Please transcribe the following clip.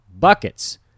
buckets